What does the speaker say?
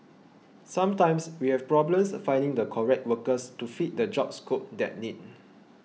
sometimes we have problems finding the correct workers to fit the job scope that need